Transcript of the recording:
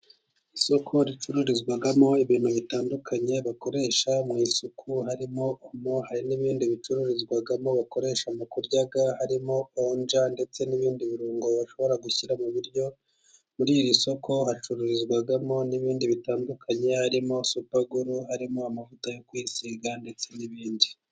Isoko ricururizwamo ibintu bitandukanye bakoresha mu isuku harimo omo, hari n'ibindi bicururizwamo bakoresha mu kurya harimo oja ndetse n'ibindi birungo, bashobora gushyira mubiryo, muri iri soko hacururizwamo n'ibindi bitandukanye harimo supaguru harimo amavuta yo kwisiga ndetse n'ibindi.